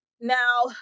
Now